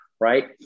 right